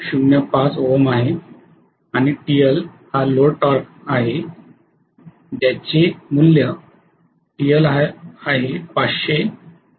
05 ohm आणि TL हे load torque आहे ज्यास TL 500 0